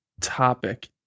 topic